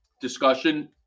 discussion